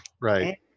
right